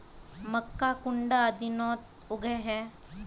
मक्का कुंडा दिनोत उगैहे?